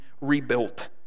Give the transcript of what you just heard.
rebuilt